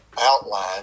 outline